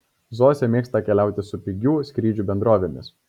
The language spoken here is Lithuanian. zosė mėgsta keliauti su pigių skrydžių bendrovėmis